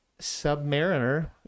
submariner